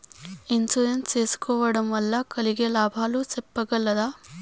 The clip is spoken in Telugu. ఇన్సూరెన్సు సేసుకోవడం వల్ల కలిగే లాభాలు సెప్పగలరా?